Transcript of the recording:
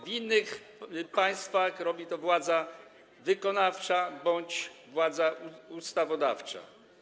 W innych państwach robi to władza wykonawcza bądź władza ustawodawcza.